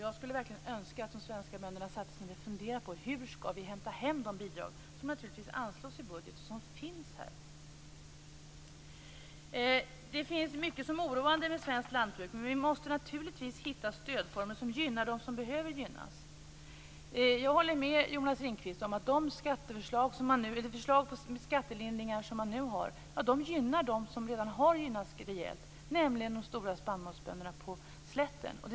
Jag skulle verkligen önska att de svenska bönderna började fundera på hur vi skall hämta hem de bidrag som anslås i budgeten. Det finns mycket som är oroande i det svenska lantbruket, men vi måste naturligtvis komma fram till stödformer som gynnar dem som behöver gynnas. Jag håller med Jonas Ringqvist om att de förslag till skattelindringar som man nu har gynnar dem som redan har gynnats rejält, nämligen de stora spannmålsbönderna på slätten.